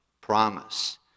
promise